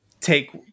take